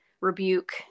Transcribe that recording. rebuke